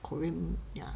korean ya